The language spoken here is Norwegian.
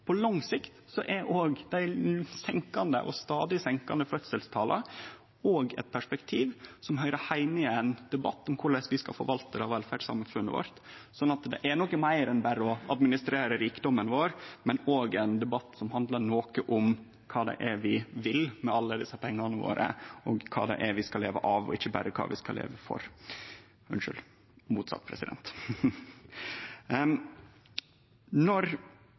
er dei stadig fallande fødselstala òg eit perspektiv som høyrer heime i ein debatt om korleis vi skal forvalte velferdssamfunnet vårt. Så dette er noko meir enn berre å administrere rikdomen vår – det er òg ein debatt som handlar om kva vi vil med alle desse pengane våre, kva vi skal leve for, og ikkje berre kva vi skal leve av. Når vi behandlar perspektivmeldinga no, er det ganske tydeleg for